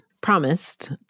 promised